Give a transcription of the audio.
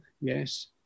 yes